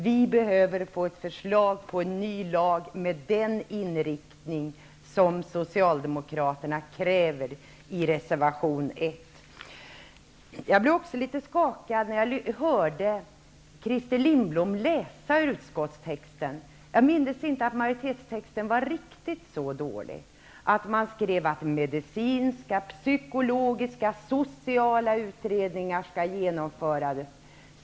Vi behöver få ett förslag till en ny lag med den inriktning som Socialdemokraterna kräver i reservation 1. Jag blev också litet skakad när jag hörde Christer Lindblom läsa ur utskottstexten. Jag mindes inte att utskottstexten var riktigt så dålig att man skrev att medicinska, psykologiska och sociala utredningar skall genomföras.